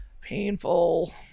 painful